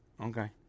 Okay